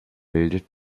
bildet